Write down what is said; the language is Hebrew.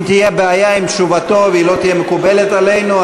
אם תהיה בעיה עם תשובתו והיא לא תהיה מקובלת עלינו,